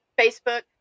facebook